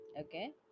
okay